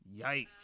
yikes